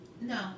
no